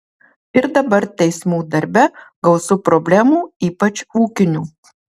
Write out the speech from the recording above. ir dabar teismų darbe gausu problemų ypač ūkinių